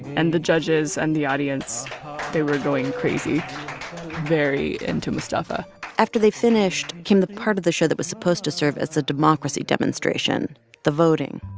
and the judges and the audience they were going crazy very into mustafa after they finished came the part of the show that was supposed to serve as the democracy demonstration the voting.